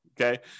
okay